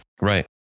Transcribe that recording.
Right